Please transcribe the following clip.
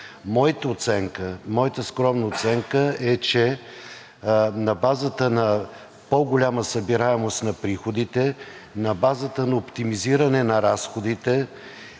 с бюджет. Моята скромна оценка е, че на базата на по-голяма събираемост на приходите, на базата на оптимизиране на разходите